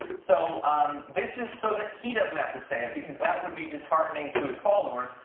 so um this is so that he doesn't have to say it, because that would be disheartening to his followers.